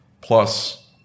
plus